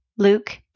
Luke